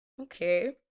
okay